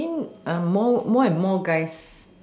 I mean uh more more and more guys